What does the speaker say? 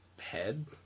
head